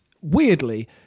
weirdly